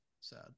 sad